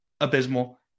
Abysmal